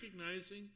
recognizing